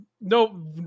No